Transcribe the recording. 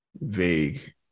vague